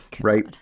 Right